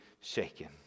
shaken